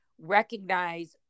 recognize